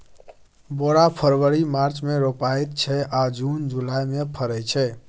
बोरा फरबरी मार्च मे रोपाइत छै आ जुन जुलाई मे फरय छै